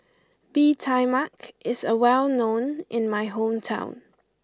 Bee Tai Mak is a well known in my hometown